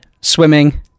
Swimming